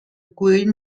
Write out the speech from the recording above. queen